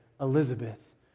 Elizabeth